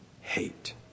hate